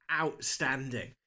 outstanding